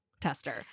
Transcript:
tester